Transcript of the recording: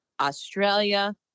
Australia